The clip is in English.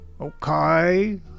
Okay